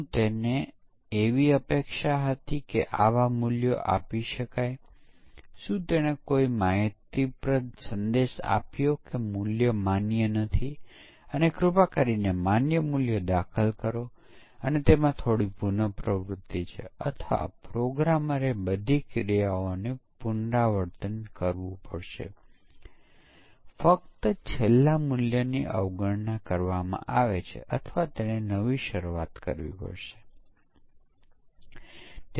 જો તે વિકાસ ટીમ છે જે પરીક્ષણ કરે છે તે આલ્ફા પરીક્ષણ તરીકે ઓળખાય છે જો તે ગ્રાહકનો મૈત્રીપૂર્ણ સમૂહ કરે તો બીટ પરીક્ષણ છે અને જો તે ગ્રાહક છે કે જેણે આ ઉત્પાદનની ડિલિવરી સ્વીકારતા પહેલા પરીક્ષણ કર્યું છે તો તે સ્વીકૃતિ પરીક્ષણ તરીકે ઓળખાય છે